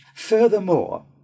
Furthermore